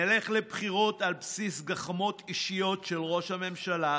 נלך לבחירות על בסיס גחמות אישיות של ראש הממשלה